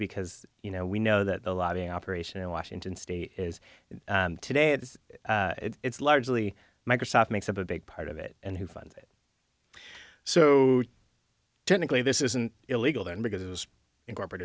because you know we know that the lobbying operation in washington state is today that it's largely microsoft makes up a big part of it and who funded it so technically this isn't illegal and because it was incorporate